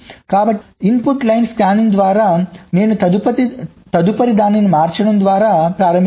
కాబట్టి input line scanning ద్వారా నేను తదుపరి దాన్ని మార్చడం ద్వారా ప్రారంభించగలను